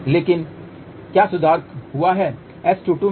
लेकिन क्या सुधार हुआ है